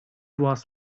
was